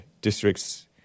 district's